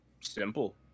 Simple